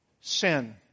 sin